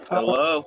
Hello